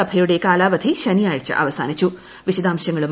സഭയുടെ കാലാവധി ശനിയാഴ്ച അവസാനിച്ചു